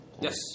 Yes